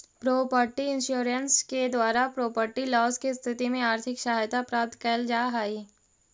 property insurance के द्वारा property loss के स्थिति में आर्थिक सहायता प्राप्त कैल जा हई